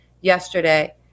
yesterday